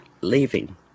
leaving